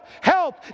Help